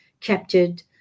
captured